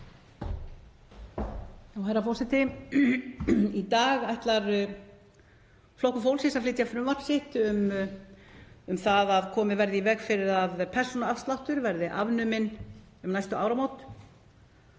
Herra forseti. Í dag ætlar Flokkur fólksins að flytja frumvarp sitt um að komið verði í veg fyrir að persónuafsláttur verði afnuminn um næstu áramót